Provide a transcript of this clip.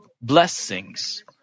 blessings